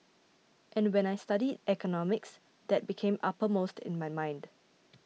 and when I studied economics that became uppermost in my mind